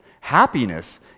Happiness